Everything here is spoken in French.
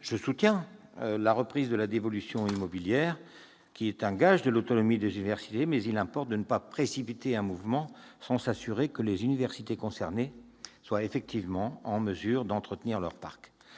Je soutiens la reprise de la dévolution immobilière, gage de l'autonomie des universités, mais il importe de ne pas précipiter le mouvement sans s'assurer que les universités concernées sont effectivement en mesure d'entretenir leur parc.